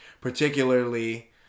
particularly